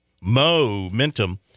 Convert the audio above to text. momentum